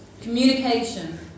communication